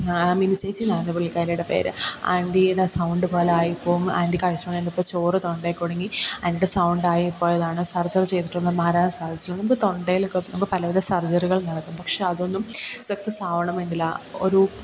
mini ച്ചേച്ചീന്നാണ് പുള്ളിക്കാരീടെ പേര് ആൻറ്റീടെ സൗണ്ട് പോലെയായിപ്പോവും ആൻറ്റി കഴിച്ചോണ്ടിരുന്നപ്പോൾ ചോറ് തൊണ്ടയിൽ കുടുങ്ങി ആൻറ്റീടെ സൗണ്ടായിപ്പോയതാണ് സർജറി ചെയ്തിട്ടൊന്നും മാറാൻസാധിച്ചില്ല ഇപ്പോൾ തൊണ്ടേലൊക്കെ നമുക്ക് പലവിധ സർജറികൾ നടക്കും പക്ഷേ അതൊന്നും സക്സസ്സാവണമെന്നില്ല ഒരു